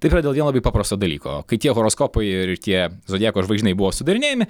taip yra dėl vieno labai paprasto dalyko kai tie horoskopai ir tie zodiako žvaigždynai buvo sudarinėjami